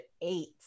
eight